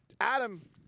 Adam